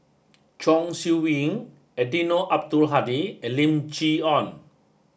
Chong Siew Ying Eddino Abdul Hadi and Lim Chee Onn